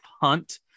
hunt